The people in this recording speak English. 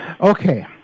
Okay